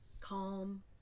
calm